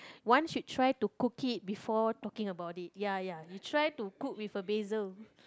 one should try to cook it before talking about it ya ya you try to cook with a basil